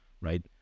right